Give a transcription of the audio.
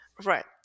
Right